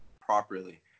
properly